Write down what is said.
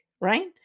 right